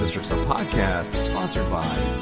podcast is sponsored by